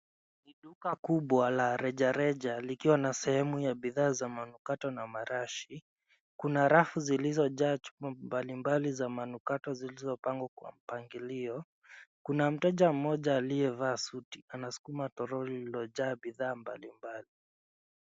Duka kubwa la rejareja likiwa na sehemu ya bidhaa za manukato na marashi, kuna rafu zilizojaa chupa mbalimbali za manukato zilizopangwa kwa mpagilio. Kuna mteja mmoja aliyevaa suti anaskuma troli lililojaa bidhaa mbalimbali.